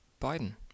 Biden